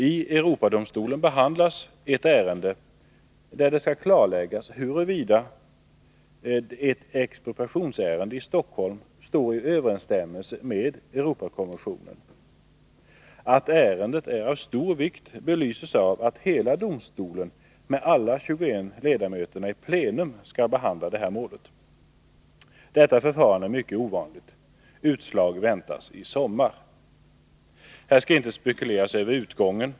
I Europadomstolen behandlas ett mål, där det skall klarläggas huruvida ett expropriationsärende i Stockholm står i överensstämmelse med Europakon ventionen. Att ärendet är av stor vikt belyses av att hela domstolen med alla 21 ledamöterna i plenum skall behandla detta mål. Detta förfarande är mycket ovanligt. Utslag väntas i sommar. Här skall väl inte spekuleras över utgången.